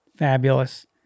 Fabulous